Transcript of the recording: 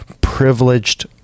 privileged